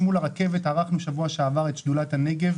כשערכנו בשבוע שעבר את שדולת הנגב